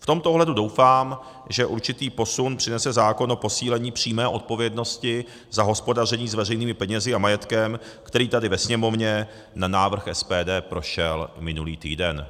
V tomto ohledu doufám, že určitý posun přinese zákon o posílení přímé odpovědnosti za hospodaření s veřejnými penězi a majetkem, který tady ve Sněmovně na návrh SPD prošel minulý týden.